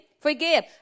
forgive